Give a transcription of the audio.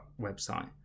website